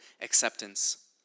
acceptance